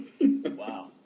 Wow